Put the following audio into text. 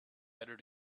better